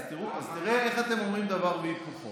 אז תראה איך אתם אומרים דבר והיפוכו.